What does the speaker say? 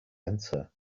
enter